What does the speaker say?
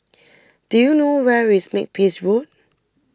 do you know where is Makepeace Road